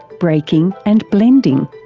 breaking and blending.